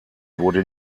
wurde